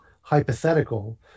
hypothetical